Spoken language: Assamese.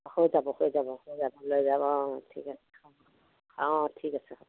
হৈ যাব হৈ যাব ৰাতিলৈ হৈ যাব অঁ ঠিক আছে হ'ব অঁ ঠিক আছে হ'ব